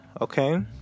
Okay